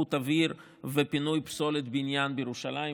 איכות האוויר ופינוי פסולת בניין בירושלים,